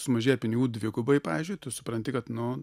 sumažėja pinigų dvigubai pavyzdžiui tu supranti kad nu